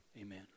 Amen